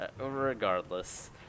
regardless